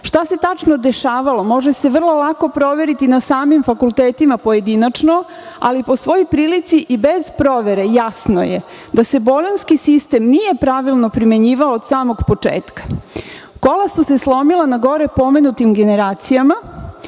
se tačno dešavalo može se vrlo lako proveriti na samim fakultetima pojedinačno, a po svojoj prilici i bez provere jasno je da se bolonjski sistem nije pravilno primenjivao od samog početka. Kola su se slomila na gore pomenutim generacijama